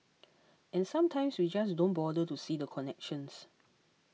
and sometimes we just don't bother to see the connections